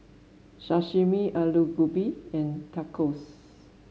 Sashimi Alu Gobi and Tacos